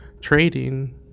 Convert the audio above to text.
trading